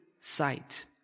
sight